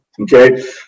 Okay